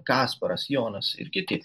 kasparas jonas ir kiti